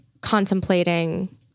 contemplating